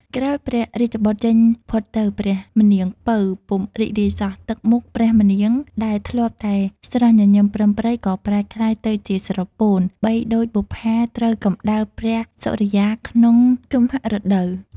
ក្រោយព្រះរាជបុត្រចេញផុតទៅ ព្រះម្នាង ពៅ ពុំរីករាយសោះ ទឹកមុខព្រះម្នាងដែលធ្លាប់តែស្រស់ញញឹមប្រិមប្រិយ ក៏ប្រែក្លាយទៅជាស្រពោន បីដូចបុប្ផាត្រូវកម្ដៅព្រះសុរិយាក្នុងគិម្ហៈរដូវ ។